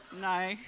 No